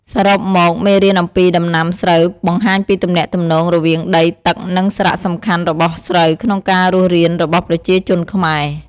សរុបមក មេរៀនអំពីដំណាំស្រូវបង្ហាញពីទំនាក់ទំនងរវាងដី ទឹក និងសារៈសំខាន់របស់ស្រូវក្នុងការរស់រានរបស់ប្រជាជនខ្មែរ។